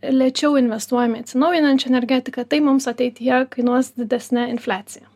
lėčiau investuojam į atsinaujinančią energetiką tai mums ateityje kainuos didesne infliacija